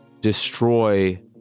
destroy